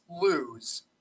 lose